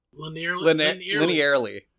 Linearly